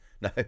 No